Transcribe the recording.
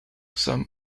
some